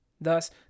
Thus